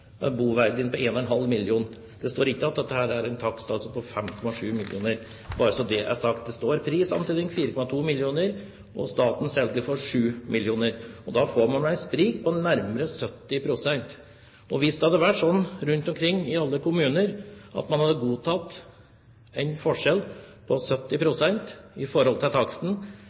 på 1,5 mill. kr. Det står ikke at det er en takst på 5,7 mill. kr, bare så det er sagt. Det står en prisantydning på 4,2 mill. kr, og staten selger for 7 mill. kr. Da får man et sprik på nærmere 70 pst., og hvis det hadde vært sånn rundt omkring i alle kommuner at man hadde godtatt en forskjell på 70 pst. i forhold til taksten,